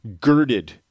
girded